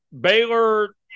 Baylor